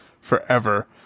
forever